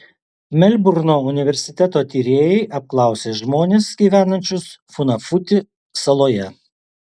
melburno universiteto tyrėjai apklausė žmones gyvenančius funafuti saloje